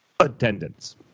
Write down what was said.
attendance